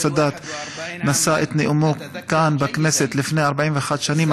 סאדאת נשא את נאומו כאן בכנסת לפני 41 שנים,